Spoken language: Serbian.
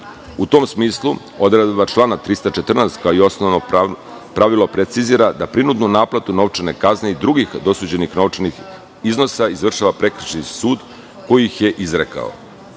U tom smislu, odredba člana 314, kao i osnovno pravilo precizira da prinudnu naplatu novčane kazne i drugih dosuđenih novčanih iznosa izvršava prekršajni sud koji ih je izrekao. Odredbe